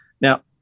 Now